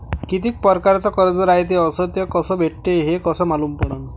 कितीक परकारचं कर्ज रायते अस ते कस भेटते, हे कस मालूम पडनं?